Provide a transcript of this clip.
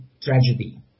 tragedy